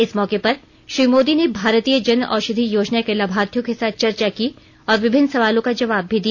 इस मौके पर श्री मोदी ने भारतीय जन औषधि योजना के लाथार्थियों के साथ चर्चा की और विभिन्न सवालों का जवाब भी दिया